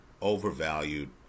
overvalued